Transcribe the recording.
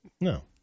No